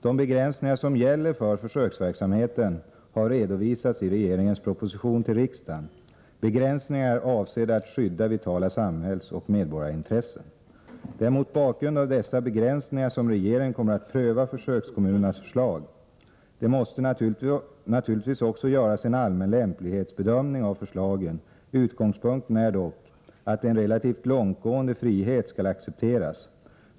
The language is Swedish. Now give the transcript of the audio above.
De begränsningar som gäller för försöksverksamheten har redovisats i regeringens proposition till riksdagen . Begränsningarna är avsedda att skydda vitala samhällsoch medborgarintressen. Det är mot bakgrund av dessa begränsningar som regeringen kommer att pröva försökskommunernas förslag. Det måste naturligtvis också göras en allmän lämplighetsbedömning av förslagen. Utgångspunkten är dock att en relativt långtgående frihet skall accepteras.